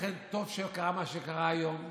לכן טוב שקרה מה שקרה היום.